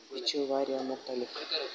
یہِ چھُ واریاہ